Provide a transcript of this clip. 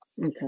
Okay